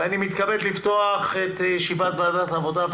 4 בנובמבר 2020. אני מתכבד לפתוח את ישיבת ועדת העבודה,